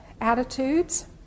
attitudes